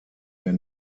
der